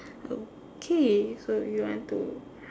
okay so you want to